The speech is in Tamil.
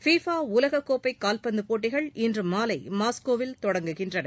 பிஃபா உலக கோப்பை கால்பந்து போட்டிகள் இன்று மாலை மாஸ்கோவில் தொடங்குகின்றன